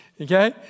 Okay